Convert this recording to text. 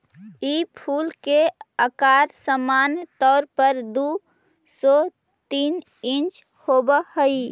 ई फूल के अकार सामान्य तौर पर दु से तीन इंच होब हई